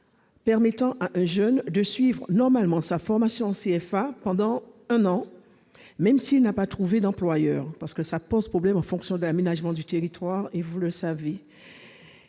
permet à un jeune de suivre normalement sa formation en CFA pendant un an, même s'il n'a pas trouvé d'employeur. Cela pose des problèmes en fonction de l'aménagement du territoire, comme vous le savez.